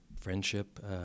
friendship